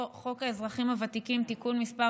חוק האזרחים הוותיקים (תיקון מס'